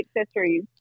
accessories